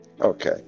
okay